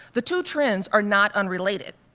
the two trends are not unrelated.